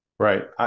Right